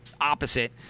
opposite